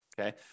okay